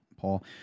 Paul